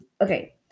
Okay